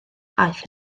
aeth